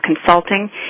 consulting